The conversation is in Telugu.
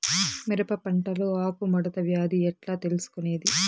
మిరప పంటలో ఆకు ముడత వ్యాధి ఎట్లా తెలుసుకొనేది?